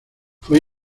fue